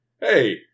hey